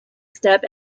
step